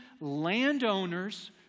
landowners